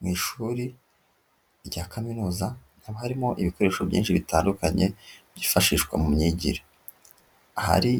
Mu ishuri rya kaminuza haba harimo ibikoresho byinshi bitandukanye byifashishwa mu myigire, hari